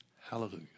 Hallelujah